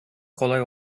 kolay